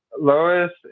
Lois